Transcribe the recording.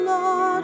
Lord